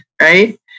Right